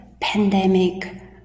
pandemic